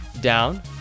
down